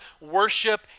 Worship